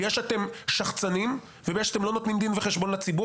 בגלל שאתם שחצנים ובגלל שאתם לא נותנים דין וחשבון לציבור